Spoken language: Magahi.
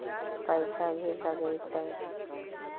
पैसा भी लगतय?